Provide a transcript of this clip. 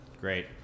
Great